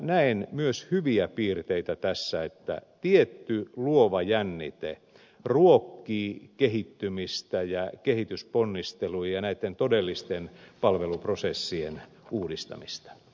näen myös hyviä piirteitä tässä että tietty luova jännite ruokkii kehittymistä ja kehitysponnisteluja ja näitten todellisten palveluprosessien uudista mista